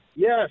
Yes